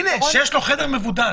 שיש לו חדר מבודד.